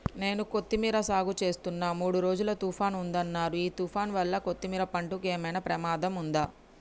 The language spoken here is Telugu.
నేను కొత్తిమీర సాగుచేస్తున్న మూడు రోజులు తుఫాన్ ఉందన్నరు ఈ తుఫాన్ వల్ల కొత్తిమీర పంటకు ఏమైనా ప్రమాదం ఉందా?